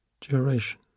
duration